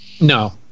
no